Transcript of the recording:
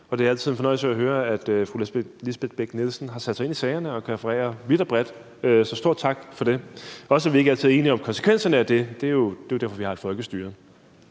dag. Det er altid en fornøjelse at høre, at fru Lisbeth Bech-Nielsen har sat sig ind i sagerne og kan referere vidt og bredt. Så stor tak for det. Vi er så ikke altid enige om konsekvenserne af det; det er jo derfor, vi har et folkestyre.